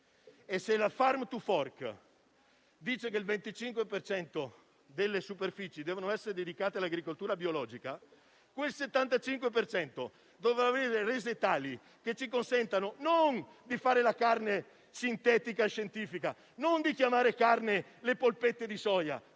e, se la *farm to fork* dice che il 25 per cento delle superfici dev'essere dedicato all'agricoltura biologica, quel 75 per cento dovrà avere rese tali da consentirci non di fare la carne sintetico-scientifica, né di chiamare carne le polpette di soia,